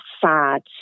sad